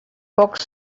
poc